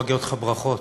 מגיעות לך ברכות.